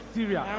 Syria